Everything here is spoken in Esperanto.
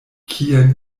kien